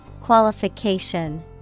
Qualification